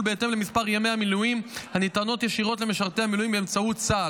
בהתאם למספר ימי המילואים הניתנות ישירות למשרתי המילואים באמצעות צה"ל,